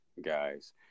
guys